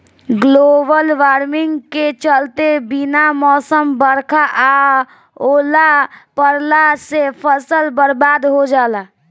global warming के चलते बिना मौसम बरखा आ ओला पड़ला से फसल बरबाद हो जाला